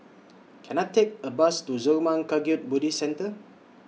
Can I Take A Bus to Zurmang Kagyud Buddhist Centre